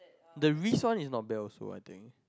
the risk one is not bad also I think